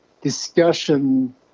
discussion